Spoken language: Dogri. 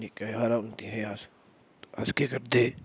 निक्के हारे होंदे हे अस अस केह् करदे हे